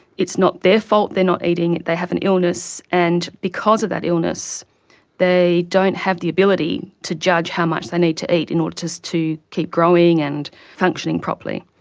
it's not their fault they are not eating, they have an illness, and because of that illness they don't have the ability to judge how much they need to eat in order to to keep growing and functioning properly.